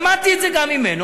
שמעתי את זה גם ממנו,